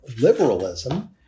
liberalism